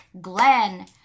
Glenn